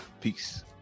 Peace